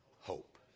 hope